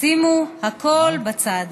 שימו הכול בצד.